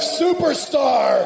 superstar